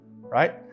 right